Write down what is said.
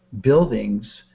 buildings